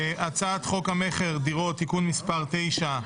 1.הצעת חוק המכר (דירות) (תיקון מס' 9),